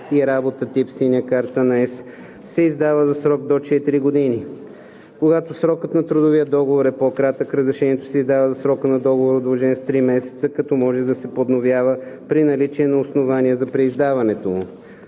и работа тип „Синя карта на ЕС“ се издава за срок до 4 години. Когато срокът на трудовия договор е по-кратък, разрешението се издава за срока на договора, удължен с три месеца, като може да се подновява при наличие на основания за преиздаването